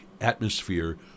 atmosphere